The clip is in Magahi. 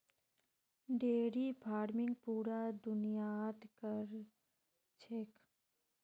डेयरी फार्मिंग पूरा दुनियात क र छेक